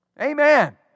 Amen